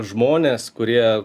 žmonės kurie